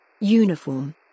Uniform